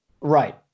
Right